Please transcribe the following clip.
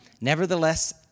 Nevertheless